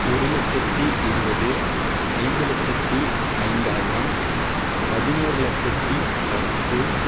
ஒரு லட்சத்து இருபது ஐந்து லட்சத்து ஐந்தாயிரம் பதினொரு லட்சத்து பத்து